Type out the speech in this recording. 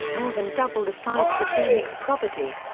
more than double the size of the phoenix property.